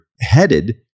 headed